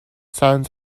sun